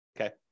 okay